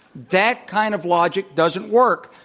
that kind of logic doesn't work.